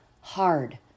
hard